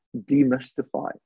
demystify